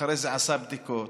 ואחרי זה עשה בדיקות,